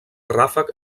ràfec